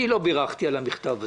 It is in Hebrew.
אני לא בירכתי על המכתב הזה.